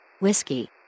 Whiskey